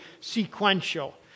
sequential